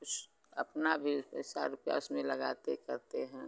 कुछ अपना भी पैसा रुपया उसमें लगाते करते हैं